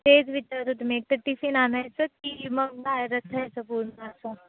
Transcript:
तेच विचारत आहे मी एक तर टिफिन आणायचं की मग बाहेरचं खायचं पूर्ण असं